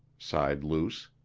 sighed luce.